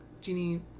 Genie